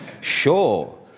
Sure